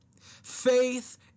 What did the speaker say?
Faith